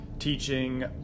teaching